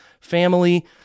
family